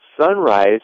Sunrise